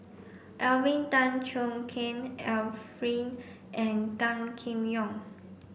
Alvin Tan Cheong Kheng Arifin and Gan Kim Yong